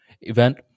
event